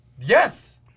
Yes